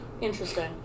Interesting